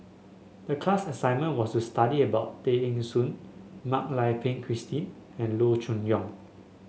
the class assignment was to study about Tay Eng Soon Mak Lai Peng Christine and Loo Choon Yong